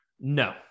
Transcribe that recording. No